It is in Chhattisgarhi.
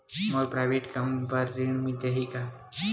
मोर प्राइवेट कम बर ऋण मिल जाही का?